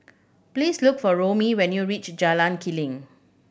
please look for Romie when you reach Jalan Keli